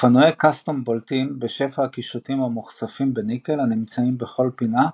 אופנועי קאסטום בולטים בשפע הקישוטים המוכספים בניקל הנמצאים בכל פינה,